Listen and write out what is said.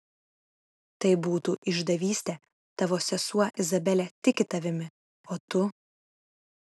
tai būtų išdavystė tavo sesuo izabelė tiki tavimi o tu